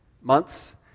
months